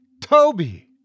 Toby